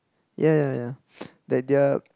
ya ya ya they they are